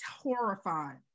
horrified